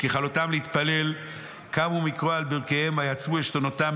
וככלותם להתפלל קמו מכרוע על ברכיהם ויעצמו עשתנותם,